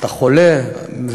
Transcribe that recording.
אתה חולה?